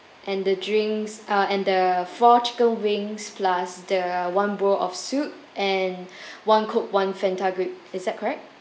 and the drinks uh and the four chicken wings plus the one bowl of soup and one coke one fanta grape is that correct